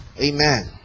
Amen